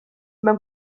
mewn